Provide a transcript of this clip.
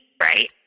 right